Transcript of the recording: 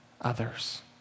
Others